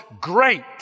great